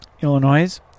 Illinois